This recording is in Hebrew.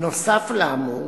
נוסף על האמור,